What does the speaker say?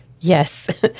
Yes